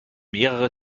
mehrere